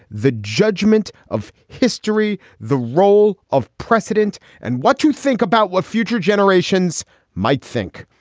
the judgment of history, the role of precedent and what to think about what future generations might think.